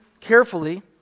carefully